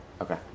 Okay